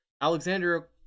Alexander